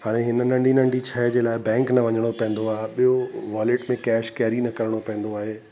हाणे हिन नंढी नंढी शइ जे लाइ बैंक न वञिणो पवंदो आहे ॿियो वॉलेट में कैश कैरी न करिणो पवंदो आहे